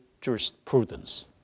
jurisprudence